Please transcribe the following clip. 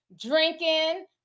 drinking